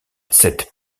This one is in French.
cette